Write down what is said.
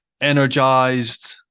energized